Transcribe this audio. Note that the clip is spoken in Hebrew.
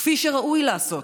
כפי שראוי לעשות.